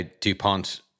DuPont